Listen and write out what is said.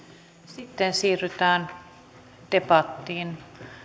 sitten siirrytään debattiin